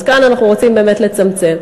אז כאן אנחנו רוצים באמת לצמצם.